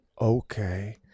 okay